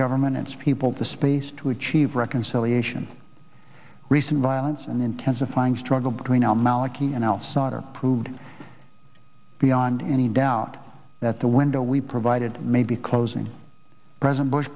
government its people the space to achieve reconciliation recent violence and intensifying struggle between al maliki and else sautter proved beyond any doubt that the window we provided may be closing president bush